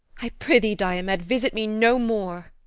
i prithee, diomed, visit me no more.